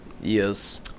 Yes